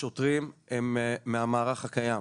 השוטרים הם מהמערך הקיים.